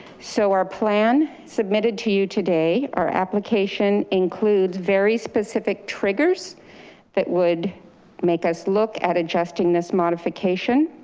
so our plan submitted to you today. our application includes very specific triggers that would make us look at adjusting this modification.